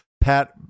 Pat